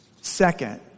Second